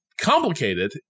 complicated